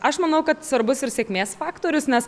aš manau kad svarbus ir sėkmės faktorius nes